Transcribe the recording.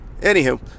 anywho